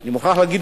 אני מוכרח להגיד,